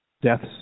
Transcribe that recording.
deaths